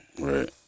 Right